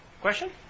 Question